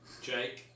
Jake